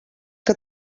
que